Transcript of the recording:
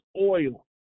oil